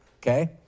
okay